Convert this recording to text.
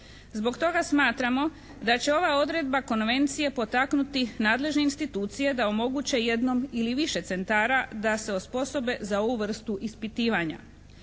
Zbog toga smatramo da će ova odredba Konvencije potaknuti nadležne institucije da omoguće jednom ili više centara da se osposobe za ovu vrstu ispitivanja